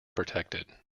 protected